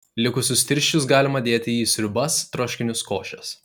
likusius tirščius galima dėti į sriubas troškinius košes